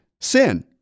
sin